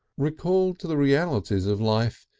recalled to the realities of life,